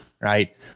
right